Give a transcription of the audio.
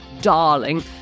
darling